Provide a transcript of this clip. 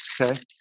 okay